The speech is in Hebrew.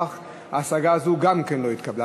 לפיכך, השגה זו גם כן לא התקבלה.